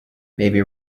maybe